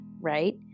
right